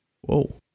Whoa